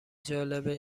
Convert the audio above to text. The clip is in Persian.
جالبه